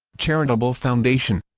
charitable foundation